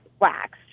waxed